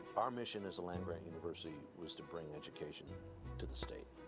our mission as a land grant university was to bring education to the state.